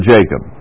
Jacob